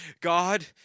God